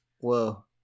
whoa